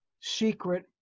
secret